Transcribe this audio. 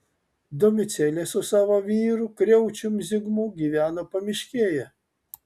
domicėlė su savo vyru kriaučium zigmu gyveno pamiškėje